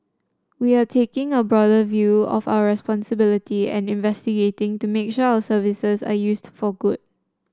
we are taking a broader view of our responsibility and investing to make sure our services are used for good